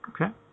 Okay